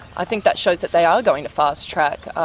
i think that shows that they are going to fast-track